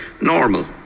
normal